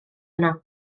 yno